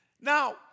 Now